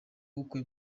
bukwe